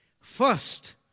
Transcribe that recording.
First